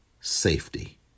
safety